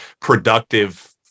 productive